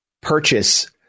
purchase